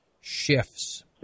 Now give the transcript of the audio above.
shifts